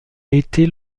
été